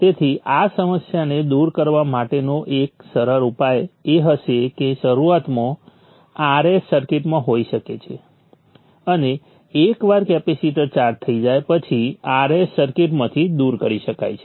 તેથી આ સમસ્યાને દૂર કરવા માટેનો એક સરળ ઉપાય એ હશે કે શરૂઆતમાં Rs સર્કિટમાં હોઈ શકે છે અને એકવાર કેપેસિટર ચાર્જ થઈ જાય પછી Rs સર્કિટમાંથી દૂર કરી શકાય છે